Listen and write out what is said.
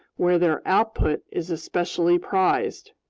where their output is especially prized.